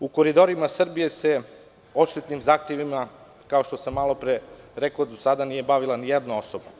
U „Koridorima Srbije“ se odštetnim zahtevima, kao što sam malopre rekao, do sada nije bavila ni jedna osoba.